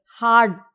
hard